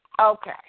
Okay